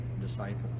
disciples